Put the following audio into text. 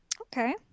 Okay